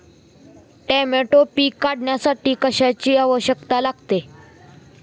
Tomato पीक काढण्यासाठी कशाची आवश्यकता लागते?